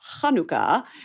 Hanukkah